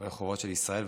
ברחובות של ישראל.